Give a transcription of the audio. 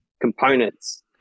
components